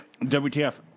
WTF